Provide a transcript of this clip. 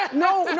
but no,